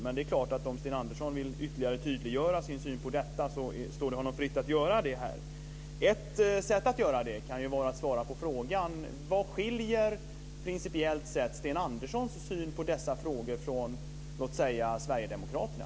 Men det är klart att om Sten Andersson vill ytterligare tydliggöra sin syn på detta står det honom fritt att göra det här. Ett sätt att göra det kan vara att svara på frågan: Vad skiljer principiellt sett Sten Anderssons syn på dessa frågor från låt säga Sverigedemokraterna?